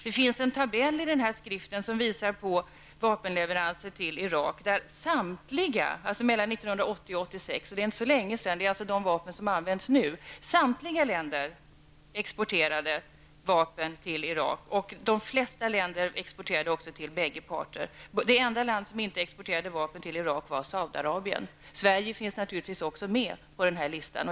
Det finns en tabell i den nämnda skriften över vapenleveranser till Irak som visar att samtliga länder exporterade vapen till Irak -- det gäller alltså åren 1980--1986. Det är inte så länge sedan och gäller de vapen som nu används. De flesta länder exporterade också till bägge parterna. Det enda land som inte exporterade vapen till Irak var Saudiarabien. Sverige finns naturligtvis också med på listan.